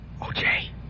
Okay